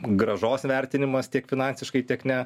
grąžos vertinimas tiek finansiškai tiek ne